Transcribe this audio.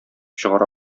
чыгара